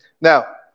Now